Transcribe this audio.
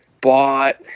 bought